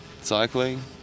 cycling